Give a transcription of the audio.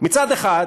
מצד אחד,